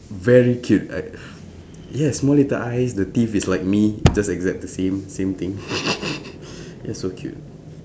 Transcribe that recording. very cute I yes small little eyes the teeth is like me just exact the same same thing ya so cute